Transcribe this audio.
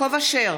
יעקב אשר,